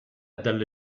dalle